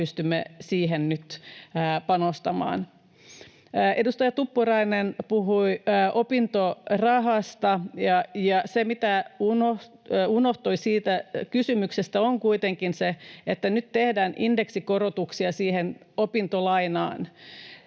pystymme siihen nyt panostamaan. Edustaja Tuppurainen puhui opintorahasta. Se, mitä unohtui siitä kysymyksestä, on kuitenkin se, että nyt tehdään indeksikorotuksia opintolainaan.